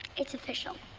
it's official.